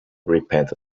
repent